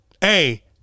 hey